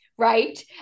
right